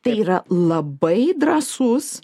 tai yra labai drąsus